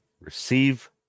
receive